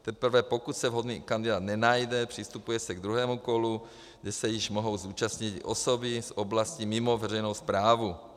Teprve pokud se vhodný kandidát nenajde, přistupuje se k druhému kolu, kde se již mohou zúčastnit i osoby z oblasti mimo veřejnou správu.